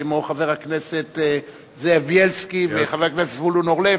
כמו חבר הכנסת זאב בילסקי וחבר הכנסת זבולון אורלב,